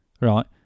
right